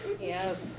Yes